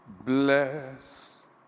Bless